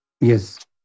yes